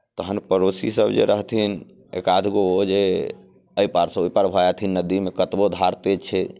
तखन पड़ोसीसभ जे रहथिन एकाध गो ओ जे एहि पारसँ ओहि पार भऽ जाथिन नदीमे कतबो धार तेज छै